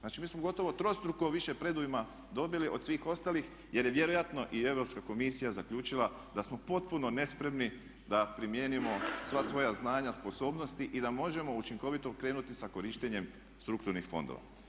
Znači, mi smo gotovo trostruko više predujma dobili od svih ostalih jer je vjerojatno i Europska komisija zaključila da smo potpuno nespremni da primijenimo sva svoja znanja, sposobnosti i da možemo učinkovito krenuti sa korištenjem strukturnih fondova.